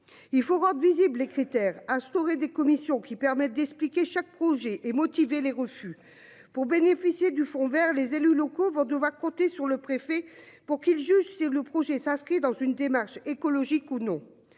Il faut rendre visibles les critères instauré des commissions qui permettent d'expliquer. Chaque projet et motiver les refus pour bénéficier du fonds vers les élus locaux vont devoir compter sur le préfet pour qu'ils juge c'est le projet s'inscrit dans une démarche écologique ou non.